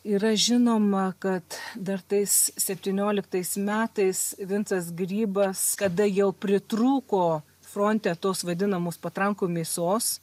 yra žinoma kad dar tais septynioliktais metais vincas grybas kada jau pritrūko fronte tos vadinamos patrankų mėsos